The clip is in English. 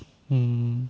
mm